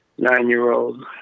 nine-year-old